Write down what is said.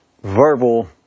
verbal